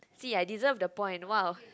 see I deserve the point !wah!